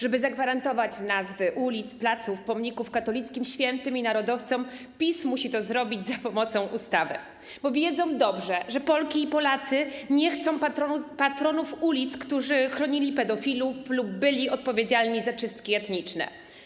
Żeby zagwarantować nazwy ulic, placów, pomników katolickim świętym i narodowcom, PiS musi to zrobić za pomocą ustawy, bo wie dobrze, że Polki i Polacy nie chcą patronów ulic, którzy chronili pedofilów lub byli odpowiedzialni za czystki etniczne.